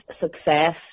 success